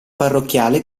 parrocchiale